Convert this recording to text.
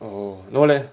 orh no leh